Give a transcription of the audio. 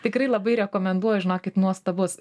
tikrai labai rekomenduoju žinokit nuostabus